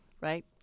right